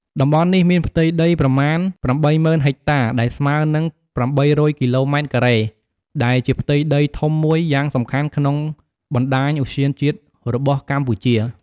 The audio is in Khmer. តំបន់នេះមានផ្ទៃដីប្រមាណ ៨០,០០០ ហិចតា ដែលស្មើនឹង ៨០០ គីឡូម៉ែត្រការ៉េ ដែលជាផ្ទៃដីធំមួយយ៉ាងសំខាន់ក្នុងបណ្តាញឧទ្យានជាតិរបស់កម្ពុជា។